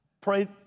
Pray